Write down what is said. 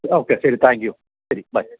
okay ശരി thank you ശരി by